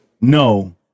no